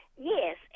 yes